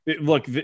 Look